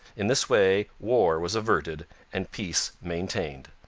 in this way war was averted and peace maintained.